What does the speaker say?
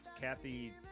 Kathy